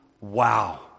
Wow